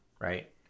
right